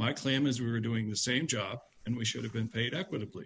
my claim is we were doing the same job and we should have been paid equitably